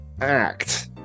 act